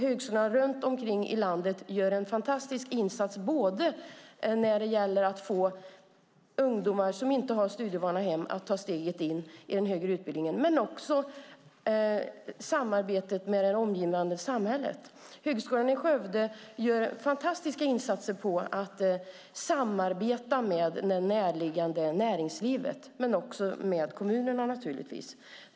Högskolorna runt omkring i landet gör en fantastisk insats när det gäller att få ungdomar som inte kommer från hem med studievana att ta steget in i en högre utbildning men också när det gäller samarbetet med det omgivande samhället. Högskolan i Skövde gör fantastiska insatser för att samarbeta med närliggande näringsliv men också med kommunerna.